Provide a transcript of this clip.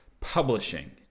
publishing